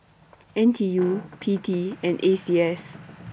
N T U P T and A C S